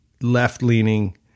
left-leaning